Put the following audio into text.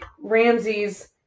Ramseys